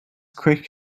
quick